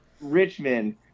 Richmond